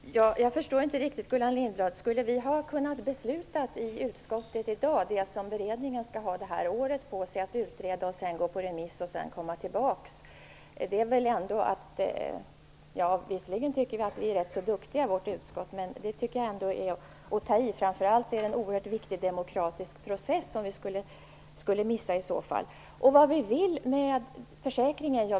Fru talman! Jag förstår inte riktigt det Gullan Lindblad nu säger. Skulle vi ha kunnat fatta beslut i dag om det som utredningen skall ha det här året på sig att utreda, som sedan skall ut på remiss och sedan komma tillbaka hit till riksdagen? Visserligen tycker jag att vi är rätt så duktiga i vårt utskott, men det är väl ändå att ta i, och framför allt skulle vi i så fall gå miste om en oerhört viktig demokratisk process. Gullan Lindblad frågar vad vi vill med försäkringen.